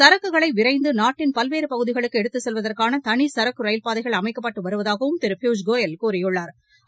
சரக்குகளை விரைந்து நாட்டின் பல்வேறு பகுதிகளுக்கு எடுத்துச் செல்வதற்கான தனி சரக்கு ரயில்பாதைகள் அமைக்கப்பட்டு வருவதாகவும் திரு பியூஷ் கோயல் கூறியுள்ளா்